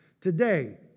today